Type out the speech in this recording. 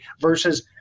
versus